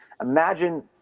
imagine